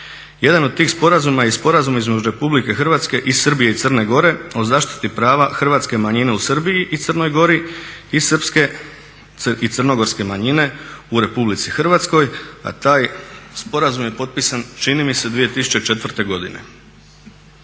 Jedan od tih sporazuma je i Sporazum između Republike Hrvatske i Srbije i Crne Gore o zaštiti prava hrvatske manjine u Srbiji i Crnoj Gori i srpske i crnogorske manjine u Republici Hrvatskoj, a taj sporazum je potpisan čini mi se 2004. godine